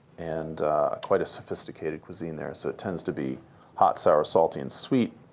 and quite a sophisticated cuisine there. so it tends to be hot, sour, salty, and sweet,